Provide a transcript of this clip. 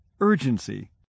Urgency